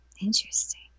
Interesting